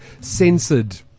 censored